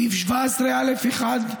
סעיף 17(א)(1)